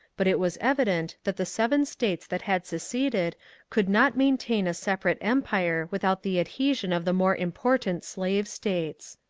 but it was evident that the seven states that had seceded could not maintain a separate empire without the adhesion of the more important slave states.